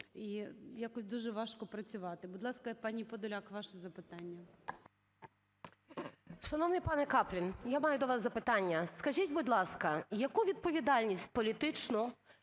і якось дуже важко працювати. Будь ласка, пані Подоляк, ваше запитання. 13:38:34 ПОДОЛЯК І.І. Шановний пане Каплін, я маю до вас запитання. Скажіть, будь ласка, яку відповідальність політичну